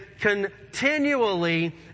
continually